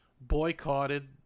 boycotted